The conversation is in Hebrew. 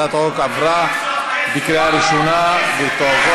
הצעת החוק התקבלה בקריאה ראשונה ותועבר